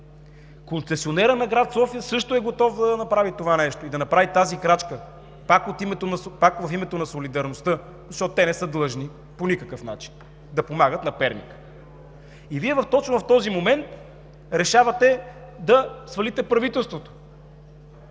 Концесионерът на град София също е готов да направи това нещо и тази крачка, пак в името на солидарността. Защото те не са длъжни по никакъв начин да помагат на Перник. И Вие точно в този момент решавате да свалите правителството!?